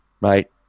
right